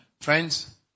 Friends